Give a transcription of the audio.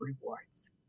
rewards